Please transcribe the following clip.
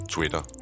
Twitter